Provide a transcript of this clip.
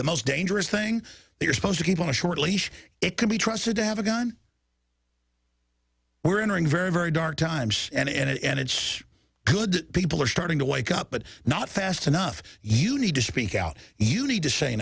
the most dangerous thing they are supposed to keep on a short leash it can be trusted to have a gun we're entering very very dark times and it's good people are starting to wake up but not fast enough you need to speak out you need to say